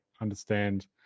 understand